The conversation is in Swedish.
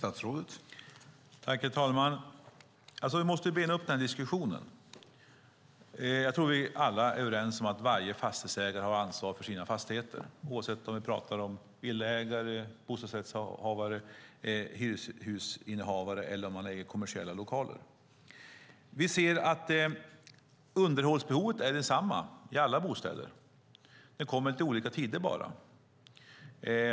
Herr talman! Vi måste bena upp diskussionen. Vi är nog alla överens om att varje fastighetsägare har ansvar för sina fastigheter, oavsett om de är villaägare, bostadsrättsinnehavare, hyreshusinnehavare eller ägare av kommersiella lokaler. Vi ser att underhållsbehovet är detsamma i alla bostäder, men det kommer vid lite olika tidpunkter.